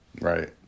Right